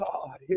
God